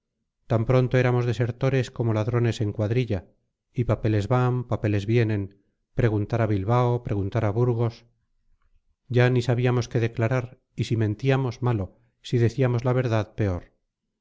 tan pronto éramos desertores como ladrones en cuadrilla y papeles van papeles vienen preguntar a bilbao preguntar a burgos ya ni sabíamos qué declarar y si mentíamos malo si decíamos la verdad peor